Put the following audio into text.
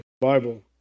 Bible